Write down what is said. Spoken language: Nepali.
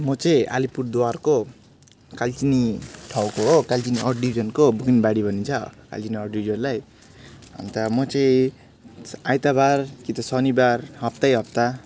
म चाहिँ अलिपुरद्वारको कालचिनी ठाउँको हो कालचिनी अड डिभिजनको बुकिनबारी भनिन्छ कालचिनी अड डिभिजनलाई अन्त म चाहिँ आइतबार कि त शनिबार हप्तैहप्ता